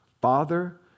Father